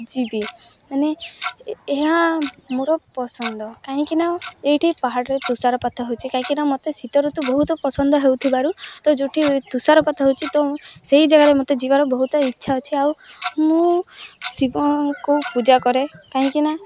ଯିବି ମାନେ ଏହା ମୋର ପସନ୍ଦ କାହିଁକିନା ଏଇଠି ପାହାଡ଼ରେ ତୁଷାରପାତ ହେଉଛି କାହିଁକି ନା ମତେ ଶୀତ ଋତୁ ବହୁତ ପସନ୍ଦ ହେଉଥିବାରୁ ତ ଯେଉଁଠି ତୁଷାରପାତ ହେଉଛି ତ ସେଇ ଜାଗାରେ ମତେ ଯିବାର ବହୁତ ଇଚ୍ଛା ଅଛି ଆଉ ମୁଁ ଶିବଙ୍କୁ ପୂଜା କରେ କାହିଁକି ନା